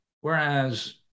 whereas